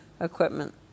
equipment